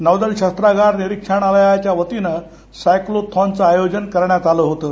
नौदल शस्त्रागार निरिक्षणालयाच्यावतीनं सायक्लोथॉन चं आयोजन करण्यात आलं होतं